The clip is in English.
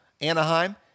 Anaheim